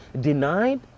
denied